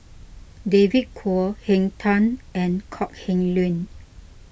David Kwo Henn Tan and Kok Heng Leun